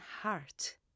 heart